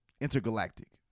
intergalactic